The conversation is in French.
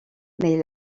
mais